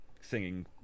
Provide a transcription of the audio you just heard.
singing